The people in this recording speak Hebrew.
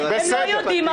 אם היה מצב שבו אין מודעות,